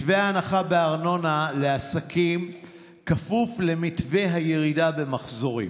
מתווה ההנחה בארנונה לעסקים כפוף למתווה הירידה במחזורים,